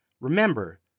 Remember